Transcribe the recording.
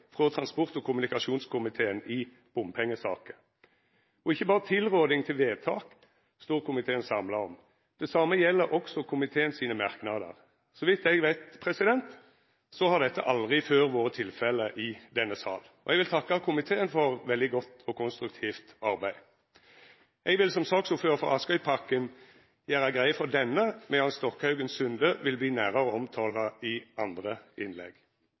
frå transport- og kommunikasjonskomiteen i bompengesaker. Det er ikkje berre tilråding til vedtak komiteen står samla om, det same gjeld også komiteen sine merknadar. Så vidt eg veit, har dette aldri før vore tilfellet i denne salen. Eg vil takka komiteen for veldig godt og konstruktivt arbeid. Eg vil som saksordførar for Askøypakken gjera greie for denne, medan Stokkhaugen–Sunde vil bli nærmare omtalt i andre innlegg.